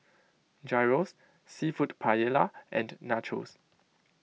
Gyros Seafood Paella and Nachos